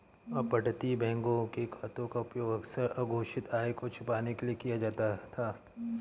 अपतटीय बैंकों के खातों का उपयोग अक्सर अघोषित आय को छिपाने के लिए किया जाता था